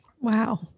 Wow